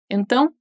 Então